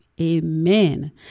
Amen